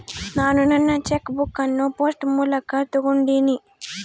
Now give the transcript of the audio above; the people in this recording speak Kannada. ನಾನು ನನ್ನ ಚೆಕ್ ಬುಕ್ ಅನ್ನು ಪೋಸ್ಟ್ ಮೂಲಕ ತೊಗೊಂಡಿನಿ